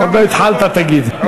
עוד לא התחלת, תגיד.